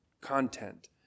content